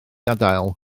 adael